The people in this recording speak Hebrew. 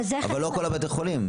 אבל זה לא כך בכל בתי החולים כך.